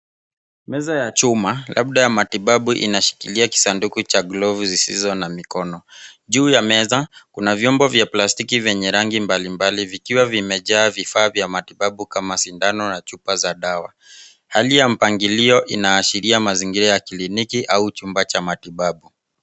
Meza ya chuma labda ya matibabu inashikilia kisanduku cha glovu zisizo na mikono. Juu ya meza, kuna vyombo vya plastiki venye rangi mbalimbali vikiwa vimejaa vifaa vya matibabu kama sindano na chupa za dawa. Hali ya mpangilio inaashiria mazingira ya kliniki au chumba cha matibabu.